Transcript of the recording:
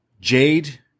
Jade